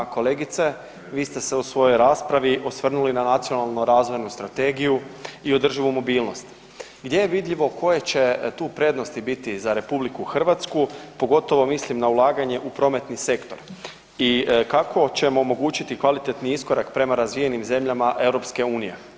Kolegice, vi ste se u svojoj raspravi osvrnuli na nacionalnu razvoju strategiju i održivu mobilnost gdje je vidljivo koje će tu prednosti biti za RH, pogotovo mislim na ulaganje u prometni sektor i kako ćemo omogućiti kvalitetni iskorak prema razvijenim zemljama EU.